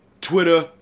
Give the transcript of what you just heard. Twitter